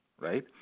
right